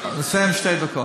עוד מעט, תסיים את שתי הדקות.